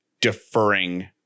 deferring